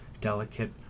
delicate